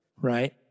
right